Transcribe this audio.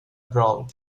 brawl